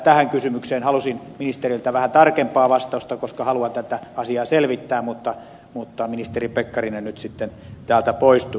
tähän kysymykseen halusin ministeriltä vähän tarkempaa vastausta koska haluan tätä asiaa selvittää mutta ministeri pekkarinen nyt täältä poistui